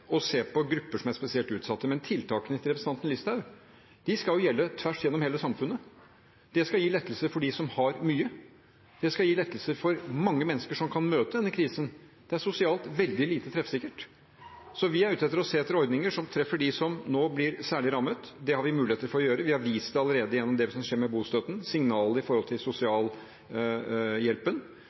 å se på grupper som er spesielt utsatt. Men tiltakene til representanten Listhaug skal jo gjelde tvers gjennom hele samfunnet. Det skal gi lettelser for dem som har mye, det skal gi lettelser for mange mennesker som kan møte denne krisen. Det er sosialt veldig lite treffsikkert. Vi er ute etter å se etter ordninger som treffer dem som nå blir særlig rammet. Det har vi muligheter for å gjøre. Vi har vist det allerede gjennom det som skjer med bostøtten, signalet med hensyn til sosialhjelpen.